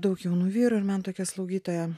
daug jaunų vyrų ir man tokia slaugytoja